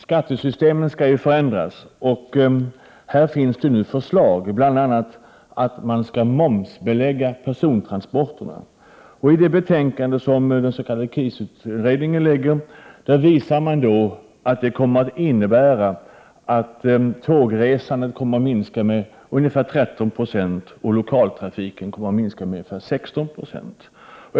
Skattesystemet skall förändras, och det finns förslag om att bl.a. momsbelägga persontransporterna. I det betänkande som KIS-utredningen kommer att lämna visar man att detta innebär att tågresandet kommer att minska med ca 13 90 och lokaltrafiken med ca 16 90.